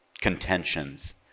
Contentions